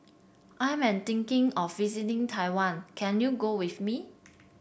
I am thinking of visiting Taiwan can you go with me